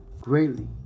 greatly